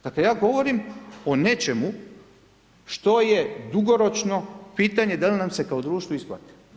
Dakle, ja govorim o nečemu što je dugoročno pitanje, da li nam se kao društvu isplati.